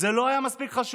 זה לא היה מספיק חשוב.